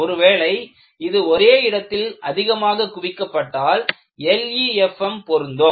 ஒருவேளை இது ஒரே இடத்தில் அதிகமாக குவிக்கப்பட்டால் LEFM பொருந்தும்